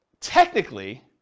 technically